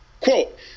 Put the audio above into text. Quote